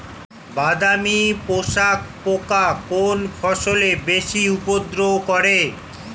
বাদামি শোষক পোকা কোন ফসলে বেশি উপদ্রব করে?